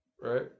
right